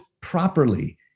properly